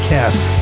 Cast